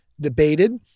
debated